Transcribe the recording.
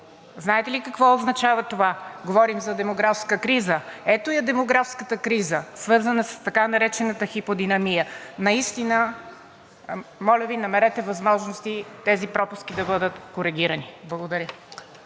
Знаете ли какво означава това?! Говорим за демографска криза – ето я демографската криза, свързана с така наречената хиподинамия. Наистина, моля Ви, намерете възможности тези пропуски да бъдат коригирани. Благодаря.